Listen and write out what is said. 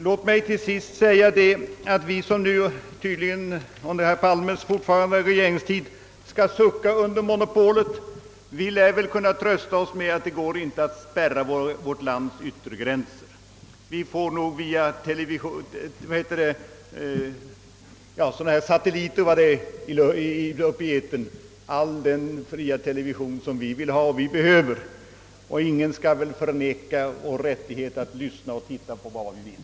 Låt mig till sist påpeka att vi som tydligen under herr Palmes fortsatta regeringstid skall sucka under monopolet dock lär kunna trösta oss med att det inte går att spärra vårt lands yttergränser. Vi får nog via satelliter uppe i etern all den fria television som vi behöver. Ingen skall väl vägra oss vår rättighet att lyssna och titta på vad vi vill.